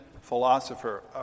philosopher